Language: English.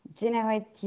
generative